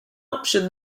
option